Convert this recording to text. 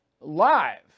live